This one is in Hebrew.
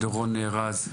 דורון רז,